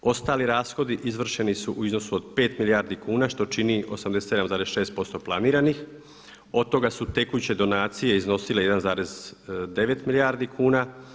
Ostali rashodi izvršeni su u iznosu od 5 milijardi kuna što čini 87,6% planiranih od toga su tekuće donacije iznosile 1,9 milijardi kuna.